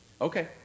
Okay